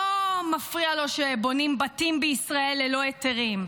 לא מפריע לו שבונים בישראל בתים ללא היתרים,